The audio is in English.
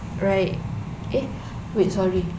right eh wait sorry